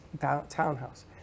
townhouse